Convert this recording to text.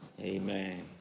Amen